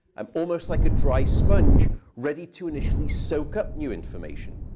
um almost like a dry sponge ready to initially soak up new information.